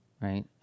right